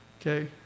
Okay